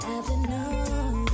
Afternoon